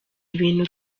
ibintu